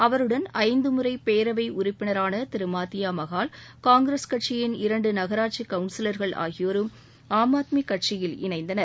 அவருடன் ஐந்து முறை பேரவை உறுப்பினரான திரு மாத்தியா மகால் காங்கிரஸ் கட்சியின் இரண்டு நகராட்சி கவுன்சிலர்கள் ஆகியோரும் ஆம் ஆத்மி கட்சியில் இணைந்தனர்